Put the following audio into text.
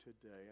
today